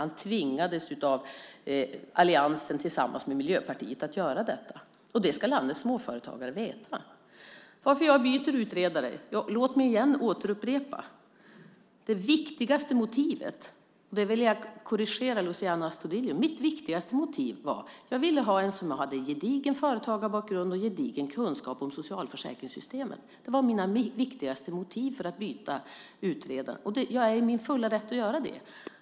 Han tvingades av alliansen tillsammans med Miljöpartiet att göra det, och det ska landets småföretagare veta. Varför byter jag utredare? Ja, låt mig upprepa att det viktigaste motivet var, och där vill jag korrigera Luciano Astudillo, att jag ville ha en som hade en gedigen företagarbakgrund och gedigen kunskap om socialförsäkringssystemen. Det var mina viktigaste motiv för att byta utredare. Jag är i min fulla rätt att göra det.